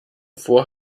vor